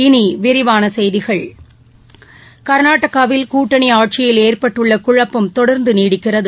இனி விரிவான செய்திகள் கர்நாடகாவில் கூட்டணி ஆட்சியில் ஏற்பட்டுள்ள குழப்பம் தொடர்ந்த நீடிக்கிறது